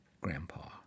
grandpa